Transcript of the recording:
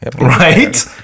right